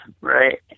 Right